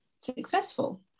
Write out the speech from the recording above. successful